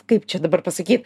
kaip čia dabar pasakyt